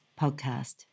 podcast